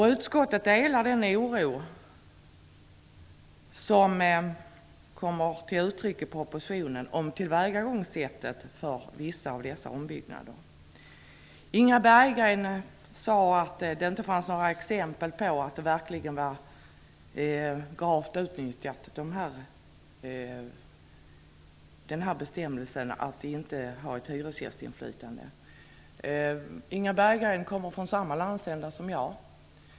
Utskottet delar den oro som kommer till uttryck i propositionen om tillvägagångssättet för vissa av dessa ombyggnader. Inga Berggren sade att det inte fanns några exempel på att den här bestämmelsen, att vi inte har ett hyresgästinflytande, verkligen var gravt utnyttjad. Inga Berggren kommer från samma landsända som jag.